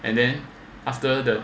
and then after the